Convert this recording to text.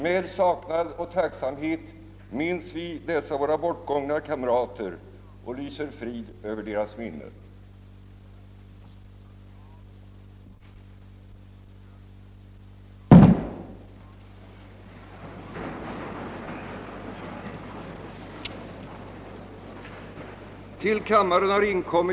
Med saknad och tacksamhet minns vi dessa våra bortgångna kamrater och lyser frid över deras minne.